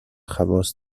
خواص